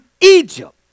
Egypt